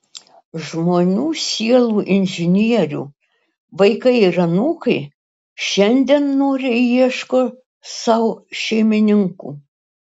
žmonių sielų inžinierių vaikai ir anūkai šiandien noriai ieško sau šeimininkų